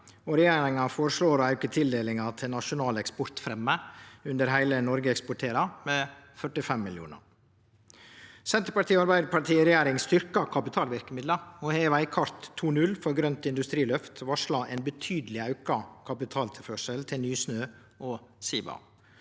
regjeringa føreslår å auke tildelinga til nasjonal eksportfremme under «Hele Norge eksporterer» med 45 mill. kr. Senterpartiet og Arbeidarpartiet i regjering styrkjer kapitalverkemidla, og dei har i «Veikart 2.0: Grønt industriløft» varsla ein betydeleg auka kapitaltilførsel til Nysnø og Siva.